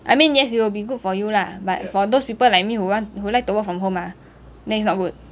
I mean yes it will be good for you lah but for those people like me who want who like to work from home ah then it's not good